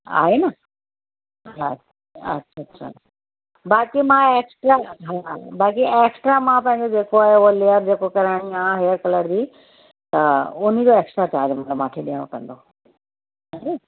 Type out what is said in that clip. आहे न हा अच्छा अच्छा बाक़ी मां एक्स्ट्रा हा बाक़ी एक्स्ट्रा मां तव्हांजो जेको आहे लेयर कलर कराइणो आहे हेयर कलर बि त हुनजो एक्स्ट्रा चार्ज मतलबु मांखे ॾियणो पवंदो हान